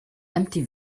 empty